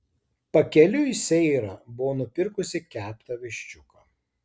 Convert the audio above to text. pakeliui seira buvo nupirkusi keptą viščiuką